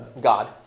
God